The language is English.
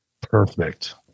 Perfect